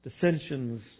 Dissensions